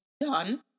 done